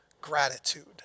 gratitude